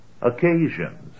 occasions